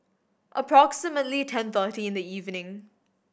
approximately ten thirty in the evening